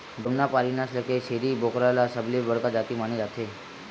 जमुनापारी नसल के छेरी बोकरा ल सबले बड़का जाति माने जाथे